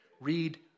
Read